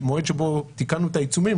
למועד שבו תיקנו את העיצומים,